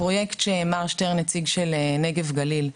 הפרויקט שמר שטרן הציג, של נגב-גליל,